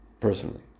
personally